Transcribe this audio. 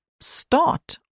start